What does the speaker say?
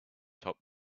top